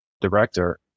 director